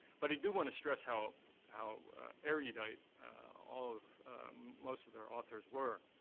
but i do want to stress how how erudite all of most of their authors were.